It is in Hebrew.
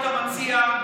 את המציע,